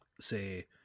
say